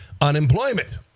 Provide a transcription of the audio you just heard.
unemployment